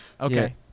Okay